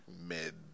mid